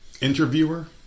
interviewer